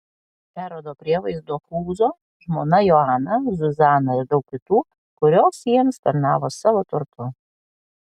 erodo prievaizdo chūzo žmona joana zuzana ir daug kitų kurios jiems tarnavo savo turtu